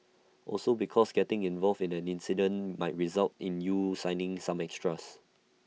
also because getting involved in an incident might result in you signing some extras